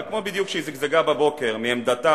בדיוק כמו שהיא זגזגה בבוקר מעמדתה,